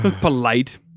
Polite